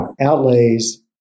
outlays